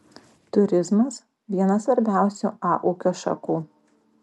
turizmas viena svarbiausių a ūkio šakų